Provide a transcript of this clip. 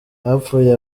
hapfuye